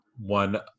one